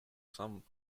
some